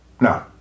No